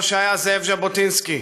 כמו שהיה זאב ז'בוטינסקי,